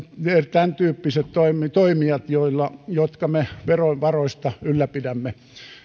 tämäntyyppiset toimijat jotka me verovaroista ylläpidämme